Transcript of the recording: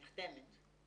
ניתנת.